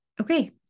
Okay